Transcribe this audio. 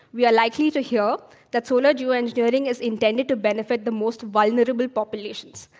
we are likely to hear that solar geoengineering is intended to benefit the most vulnerable populations,